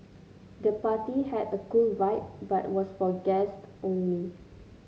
the party had a cool vibe but was for guests only